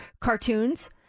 cartoons